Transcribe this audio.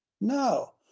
no